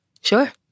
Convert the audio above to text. Sure